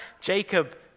Jacob